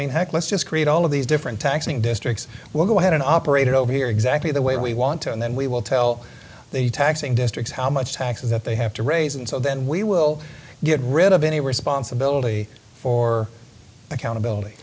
mean heck let's just create all of these different taxing districts we'll go ahead and operate over here exactly the way we want to and then we will tell the taxing districts how much taxes that they have to raise and so then we will get rid of any responsibility for accountability